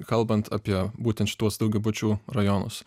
kalbant apie būtent šituos daugiabučių rajonus